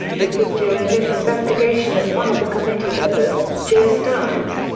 it was during this investigation that one of the committee members, joe starnes,